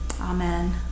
Amen